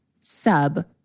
sub